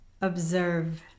observe